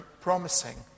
promising